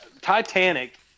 titanic